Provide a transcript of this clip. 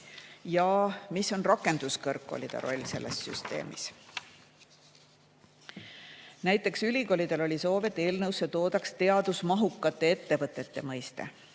ja mis on rakenduskõrgkoolide roll selles süsteemis. Näiteks ülikoolidel oli soov, et eelnõusse toodaks teadusmahukate ettevõtete mõiste.